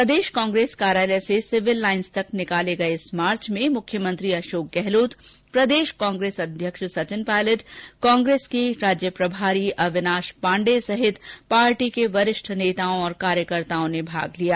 प्रदेष कांग्रेस कार्यालय से सिविल लाइन्स तक निकाले गये इस मार्च में मुख्यमंत्री अषोक गहलोत प्रदेष कांग्रेस अध्यक्ष सचिन पालयट कांग्रेस के राज्य प्रभारी अविनाष पांडे सहित कांग्रेस के वरिष्ठ नेताओं और कार्यकर्ताओं ने भाग लिया